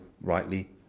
rightly